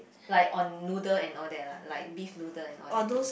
like on noodle and all that lah like beef noodle and all that